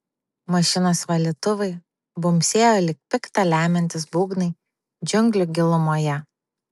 mašinos valytuvai bumbsėjo lyg pikta lemiantys būgnai džiunglių gilumoje